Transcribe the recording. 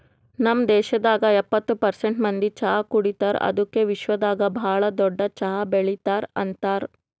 ನಮ್ ದೇಶದಾಗ್ ಎಪ್ಪತ್ತು ಪರ್ಸೆಂಟ್ ಮಂದಿ ಚಹಾ ಕುಡಿತಾರ್ ಅದುಕೆ ವಿಶ್ವದಾಗ್ ಭಾಳ ದೊಡ್ಡ ಚಹಾ ಬೆಳಿತಾರ್ ಅಂತರ್